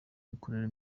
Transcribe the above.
mikorere